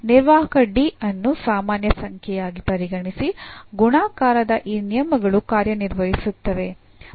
ನಿರ್ವಾಹಕ ಅನ್ನು ಸಾಮಾನ್ಯ ಸಂಖ್ಯೆಯಾಗಿ ಪರಿಗಣಿಸಿ ಗುಣಾಕಾರದ ಈ ನಿಯಮಗಳು ಕಾರ್ಯನಿರ್ವಹಿಸುತ್ತವೆ